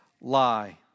Lie